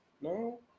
no